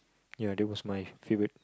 ya that was my favorite